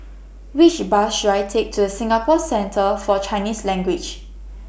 Which Bus should I Take to Singapore Centre For Chinese Language